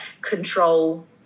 control